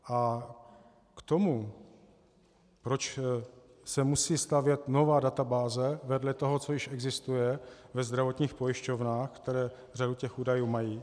A k tomu, proč se musí stavět nová databáze vedle toho, co již existuje ve zdravotních pojišťovnách, které již řadu těch údajů mají.